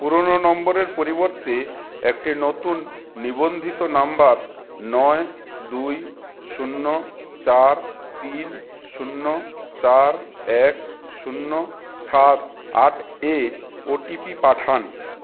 পুরনো নম্বরের পরিবর্তে একটি নতুন নিবন্ধিত নাম্বার নয় দুই শূন্য চার তিন শূন্য চার এক শূন্য সাত আট এ ওটিপি পাঠান